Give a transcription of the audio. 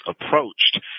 approached